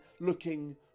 looking